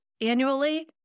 annually